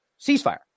Ceasefire